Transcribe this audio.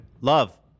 Love